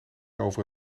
over